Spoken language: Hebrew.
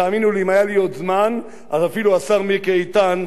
אפילו השר מיקי איתן כנראה היה חותם על החוק.